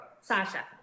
Sasha